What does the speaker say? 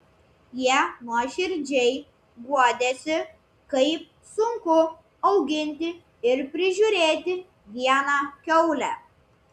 jie nuoširdžiai guodėsi kaip sunku auginti ir prižiūrėti vieną kiaulę